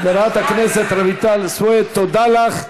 חברת הכנסת רויטל סויד, תודה לך.